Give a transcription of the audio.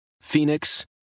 Phoenix